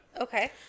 Okay